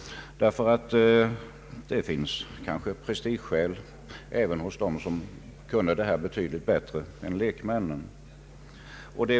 Det finns kanske prestigeskäl även hos dem som kunde detta betydligt bättre än lekmännen.